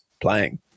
playing